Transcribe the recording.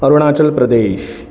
Arunachal Pradesh